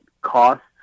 costs